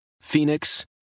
Phoenix